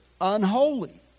unholy